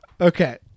Okay